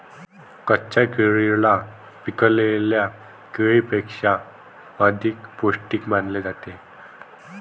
कच्च्या केळीला पिकलेल्या केळीपेक्षा अधिक पोस्टिक मानले जाते